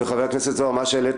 ומה שהעלית,